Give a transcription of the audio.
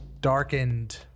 darkened